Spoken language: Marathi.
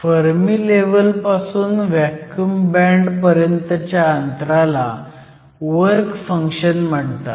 फर्मी लेव्हल पासून व्हॅक्युम बँड पर्यंतच्या अंतराला वर्क फंक्शन म्हणतात